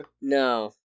No